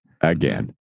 again